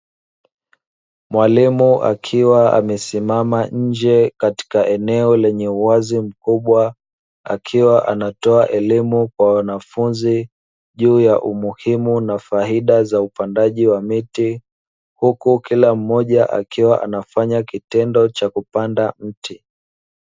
Mwalimu akiwa amesimama nje katika eneo lenye uwazi mkubwa, akiwa anatoa elimu kwa wanafunzi juu ya umuhimu na faida za upandaji wa miti, huku kila mmoja akiwa anafanya kitendo cha kupanda mti.